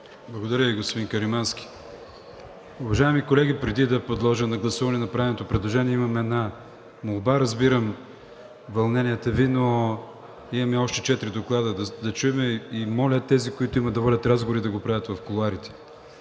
Благодаря Ви, господин Каримански. Уважаеми колеги, преди да подложа на гласуване направеното предложение, имам една молба. Разбирам вълненията Ви, но имаме още четири доклада да чуем. Моля тези, които имат да водят разговори, да го правят в кулоарите.